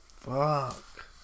Fuck